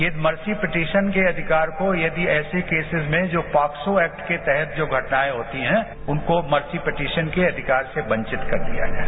ये mercy petition के अधिकार को यदि ऐसे केसीज में जो पॉक्सो एक्ट के तहत जो घटनाएं होती हैं उनको मर्सी पटिशन के अधिकार से वंचित कर दिया जाए